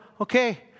Okay